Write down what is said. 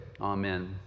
Amen